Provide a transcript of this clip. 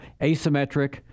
asymmetric